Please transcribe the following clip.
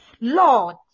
Lord